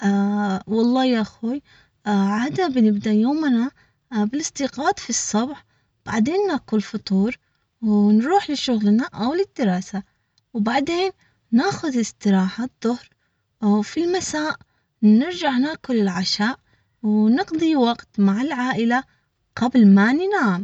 والله يا اخوي عادة بنبدأ يومنا بالاستيقاظ في الصبح بعدين ناكل فطور ونروح لشغلنا او للدراسة وبعدين ناخد استراحه الضهر او في المساء بنرجع ناكل العشاء ونقضي وقت مع العائلة قبل ما ننام.